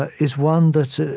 ah is one that,